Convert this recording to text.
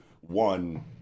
one